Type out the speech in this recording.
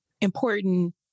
important